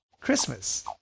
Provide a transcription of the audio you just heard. Christmas